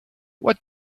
what